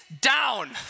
down